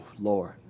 Lord